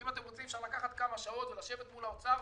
אם אתם רוצים לקחת כמה שעות ולשבת מול האוצר,